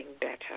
better